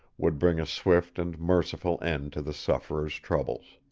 would bring a swift and merciful end to the sufferer's troubles.